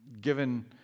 given